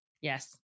Yes